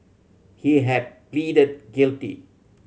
he had pleaded guilty